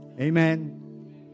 Amen